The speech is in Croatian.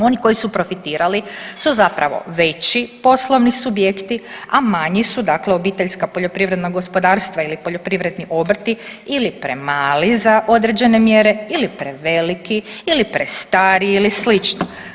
Oni koji su profitirali su zapravo veći poslovni subjekti, a manji su dakle obiteljska poljoprivredna gospodarstva ili poljoprivredni obrti ili premali za određene mjere ili preveliki ili prestari ili slično.